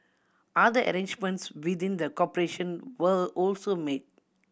other arrangements within the corporation were also made